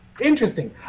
Interesting